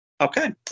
okay